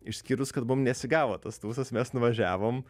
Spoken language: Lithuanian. išskyrus kad mum nesigavo tas tūsas mes nuvažiavom